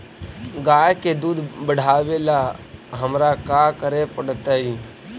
गाय के दुध बढ़ावेला हमरा का करे पड़तई?